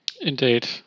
Indeed